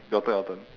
your turn your turn